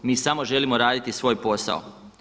Mi samo želimo raditi svoj posao.